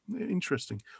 interesting